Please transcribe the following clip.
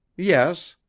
yes.